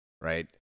right